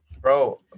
bro